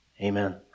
Amen